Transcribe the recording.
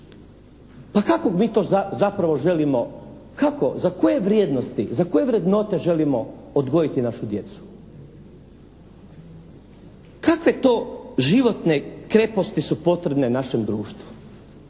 Pa kakvog mi to zapravo želimo, kako, za koje vrijednosti, za koje vrednote želimo odgojiti našu djecu? Kakve to životne kreposti su potrebne našem društvu?